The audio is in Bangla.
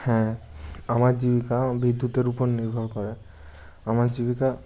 হ্যাঁ আমার জীবিকা বিদ্যুতের উপর নির্ভর করে আমার জীবিকা